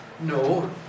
No